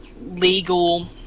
legal